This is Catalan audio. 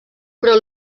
però